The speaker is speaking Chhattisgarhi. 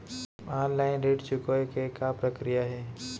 ऑनलाइन ऋण चुकोय के का प्रक्रिया हे?